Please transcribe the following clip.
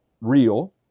real